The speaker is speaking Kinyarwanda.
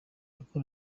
ati